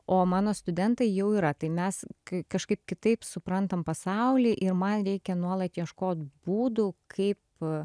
o mano studentai jau yra tai mes kažkaip kitaip suprantam pasaulį ir man reikia nuolat ieškot būdų kaip